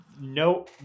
No